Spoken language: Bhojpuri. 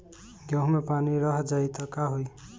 गेंहू मे पानी रह जाई त का होई?